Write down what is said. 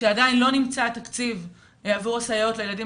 שעדיין לא נמצא תקציב עבור הסייעות לילדים